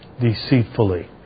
deceitfully